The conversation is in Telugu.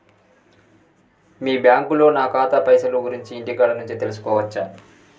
మీ బ్యాంకులో నా ఖాతాల పైసల గురించి ఇంటికాడ నుంచే తెలుసుకోవచ్చా?